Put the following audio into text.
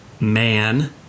man